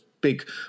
big